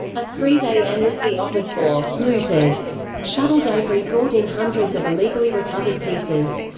a three-day amnesty offered for looted shuttle debris brought in hundreds of illegally recovered pieces.